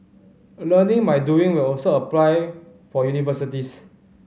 learning by doing will also apply for universities